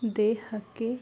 ದೇಹಕ್ಕೆ